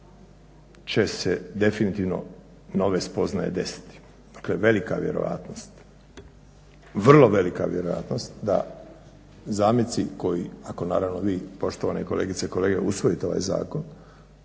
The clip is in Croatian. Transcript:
će se definitivno nove spoznaje desiti. Dakle velika vjerojatnost, vrlo velika vjerojatnost da zameci koji, ako naravno vi poštovane kolegice i kolege usvojite ovaj zakon